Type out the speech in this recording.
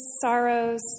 sorrows